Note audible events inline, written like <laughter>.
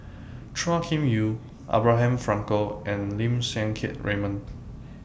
Chua Kim Yeow Abraham Frankel and Lim Siang Keat Raymond <noise>